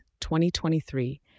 2023